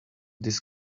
this